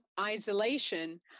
isolation